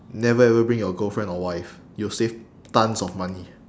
never ever bring your girlfriend or wife you'll save tons of money